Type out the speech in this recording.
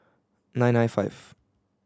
nine nine five